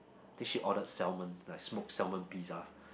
dish she ordered salmon plus smoked salmon pizza